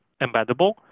embeddable